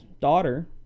daughter